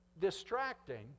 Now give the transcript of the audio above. Distracting